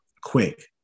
quick